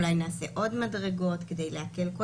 אולי נעשה עוד מדרגות כדי להקל.